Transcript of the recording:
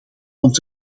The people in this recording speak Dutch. ons